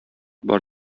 бар